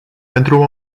pentru